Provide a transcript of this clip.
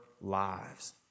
lives